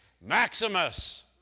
Maximus